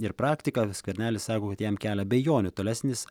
ir praktika skvernelis sako kad jam kelia abejonių tolesnis